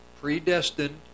predestined